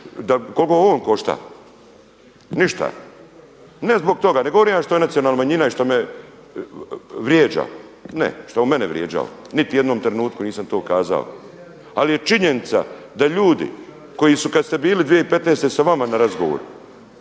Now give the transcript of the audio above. koliko on košta, ništa. Ne zbog toga ne govorim ja što je nacionalna manjina i što me vrijeđa, ne što je on mene vrijeđao niti u jednom trenutku nisam to kazao. Ali je činjenica da ljudi koji su kada ste bili 2015. sa vama na razgovoru,